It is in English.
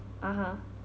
(uh huh)